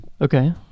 Okay